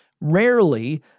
Rarely